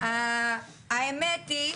האמת היא,